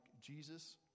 Jesus